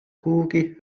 kuhugi